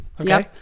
Okay